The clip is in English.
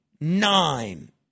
nine